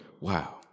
wow